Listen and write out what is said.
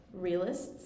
realists